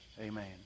Amen